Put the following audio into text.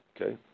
Okay